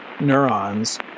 neurons